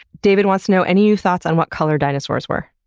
david wants to know any new thoughts on what color dinosaurs were?